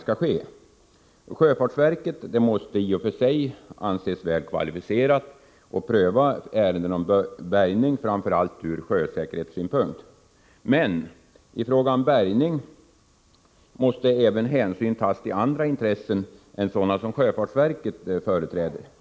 Sjöfartsverket måste i och för sig anses väl kvalificerat att pröva ärenden om bärgning, framför allt sett ur sjösäkerhetssynpunkt. Men i fråga om bärgning måste hänsyn även tas till andra intressen än sådana som sjöfartsverket företräder.